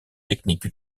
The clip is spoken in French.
technique